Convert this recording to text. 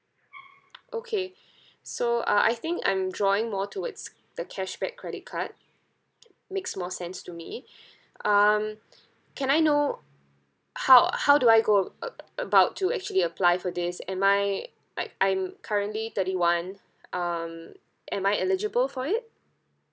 okay so uh I think I'm drawing more towards the cashback credit card makes more sense to me um can I know how how do I go uh about to actually apply for this am I like I'm currently thirty one um am I eligible for it